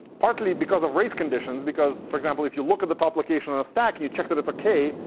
partly because of race conditions. because for example, if you look at the top location of the stack, you check that it's ok,